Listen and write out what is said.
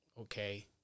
okay